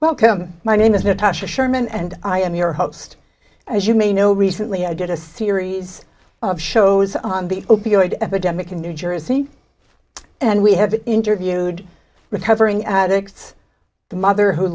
welcome my name is natasha sherman and i am your host as you may know recently i did a series of shows on the opioid epidemic in new jersey and we have interviewed recovering addict the mother who